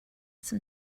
some